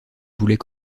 boulets